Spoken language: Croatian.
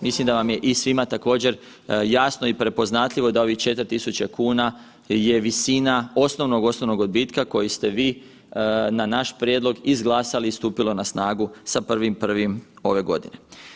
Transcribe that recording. Mislim da vam je i svima također jasno i prepoznatljivo da ovih 4.000,00 kn je visina osnovnog, osnovnog odbitka koji ste vi na naš prijedlog izglasali i stupilo na snagu sa 1.1. ove godine.